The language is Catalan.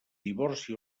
divorci